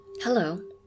Hello